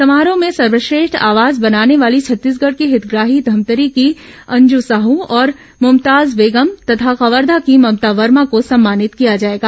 समारोह भें सर्वश्रेष्ठ आवास बनाने वाली छत्तीसगढ़ की हितग्राही धमतरी की अंजू साहू और मुमताज बेगम तथा कवर्धा की ममता वर्मा को सम्मानित किया जाएगा